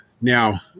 now